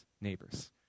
neighbors